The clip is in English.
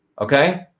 Okay